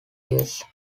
years